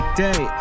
day